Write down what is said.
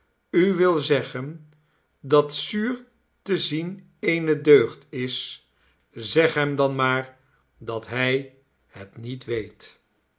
u wil zeggen dat zuur te zien eene deugd is zeg hem dan maar dat hij het niet weet